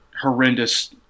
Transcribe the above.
horrendous